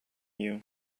you